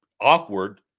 awkward